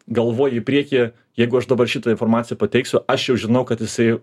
galvoji į priekį jeigu aš dabar šitą informaciją pateiksiu aš jau žinau kad jisai